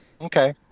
Okay